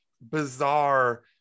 bizarre